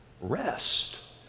rest